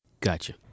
Gotcha